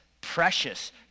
precious